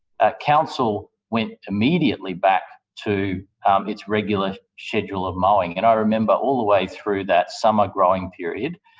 council went immediately back to its regular schedule of mowing and i remember all the way through that summer growing period,